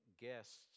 guests